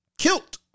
Kilt